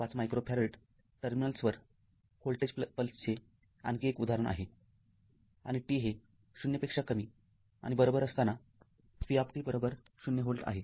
५ micro farad टर्मिनल्सवर voltage पल्सचे आणखी एक उदाहरण आहेआणि t हे ० पेक्षा कमी आणि बरोबर असताना v ० व्होल्ट आहे